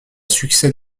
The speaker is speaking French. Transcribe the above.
succès